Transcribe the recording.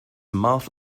mouth